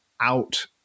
out